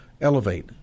elevate